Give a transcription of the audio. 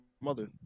mother